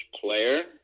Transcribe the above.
player